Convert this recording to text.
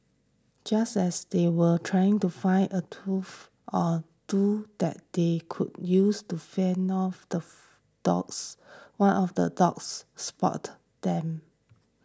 just as they were trying to find a or two that they could use to fend off the dogs one of the dogs spotted them